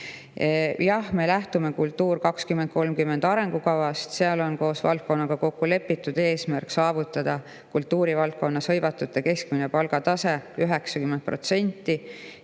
Jah, me lähtume kultuuri 2020–2030 arengukavast. Seal on koos valdkonnaga kokkulepitud eesmärk saavutada kultuurivaldkonnas hõivatute keskmine palgatase 90%